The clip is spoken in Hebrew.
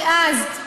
אז.